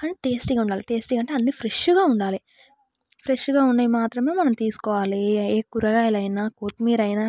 కానీ టేస్టీగా ఉండాలి టేస్టీగా అంటే అన్నీ ఫ్రెష్గా ఉండాలి ఫ్రెష్గా ఉన్నాయి మాత్రమే మనం తీసుకోవాలి ఏ ఏ కూరగాయలైన కొత్తిమీర అయినా